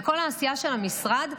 וכל העשייה של המשרד,